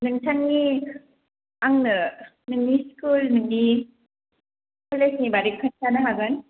नोंथांनि आंनो नोंनि स्कुलनि कलेजनि बारै खोनथानो हागोन